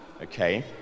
Okay